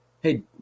Hey